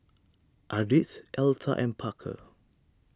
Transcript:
Ardith Elsa and Parker